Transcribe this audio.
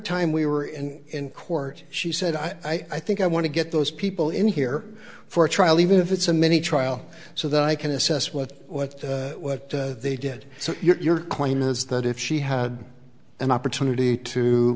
time we were in in court she said i think i want to get those people in here for a trial even if it's a mini trial so that i can assess what what what they did so your claim is that if she had an opportunity to